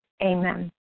Amen